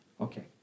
Okay